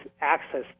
access